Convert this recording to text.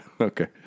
okay